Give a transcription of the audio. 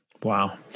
Wow